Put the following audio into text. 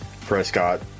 Prescott